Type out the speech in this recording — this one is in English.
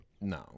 No